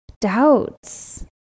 doubts